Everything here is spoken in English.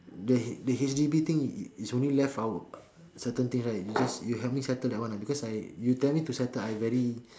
the the H_D_B thing is only left our certain things right you just you help me settle that one because I you tell me to settle I very